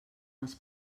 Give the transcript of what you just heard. als